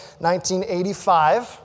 1985